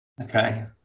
Okay